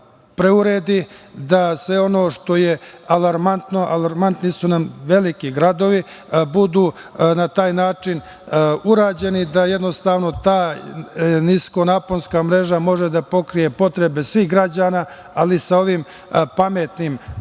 preuredi da se ono što je alarmantno, a alarmantni su nam veliki gradovi, budu na taj način urađeni da jednostavno taj nisko naponska mreža može da pokrije potrebe svih građana, ali sa ovim pametnim brojilima